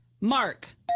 Mark